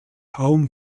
home